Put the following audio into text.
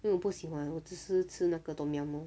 因为我不喜欢我只是吃那个 tom yum orh